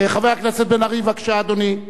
חבר הכנסת בן-ארי, בבקשה, אדוני.